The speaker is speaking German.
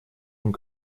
und